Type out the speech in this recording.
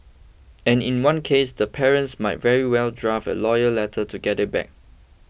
and in one case the parents might very well draft a lawyers letter to get it back